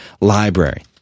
library